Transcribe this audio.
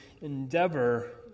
endeavor